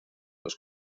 los